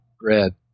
bread